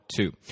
Two